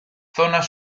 zonas